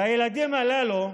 לילדים הללו,